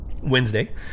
Wednesday